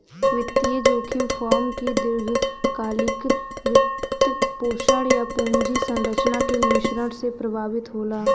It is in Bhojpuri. वित्तीय जोखिम फर्म के दीर्घकालिक वित्तपोषण, या पूंजी संरचना के मिश्रण से प्रभावित होला